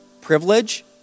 privilege